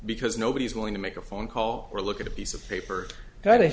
because nobody's willing to make a phone call or look at a piece of paper that